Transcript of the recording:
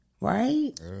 Right